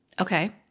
okay